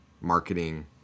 Marketing